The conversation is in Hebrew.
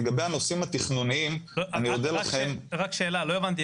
רק שאלה, לא הבנתי.